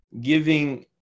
giving